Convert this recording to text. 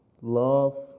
love